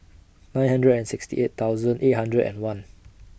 nine hundred and sixty eight thousand eight hundred and one